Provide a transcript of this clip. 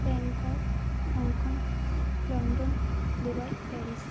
Bangkok Hong Kong London Dubai Paris